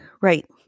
right